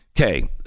Okay